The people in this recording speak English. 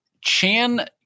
Chan